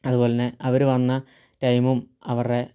അതുപോലെതന്നെ അവർ വന്ന ടൈമും അവരുടെ